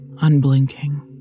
unblinking